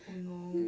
oh no